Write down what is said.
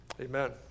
Amen